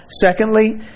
Secondly